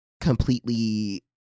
completely